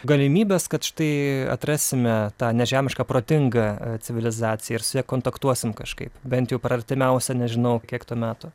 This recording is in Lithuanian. galimybės kad štai atrasime tą nežemišką protingą civilizaciją ir su ja kontaktuosim kažkaip bent jau per artimiausią nežinau kiek tų metų